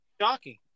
shocking